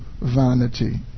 vanity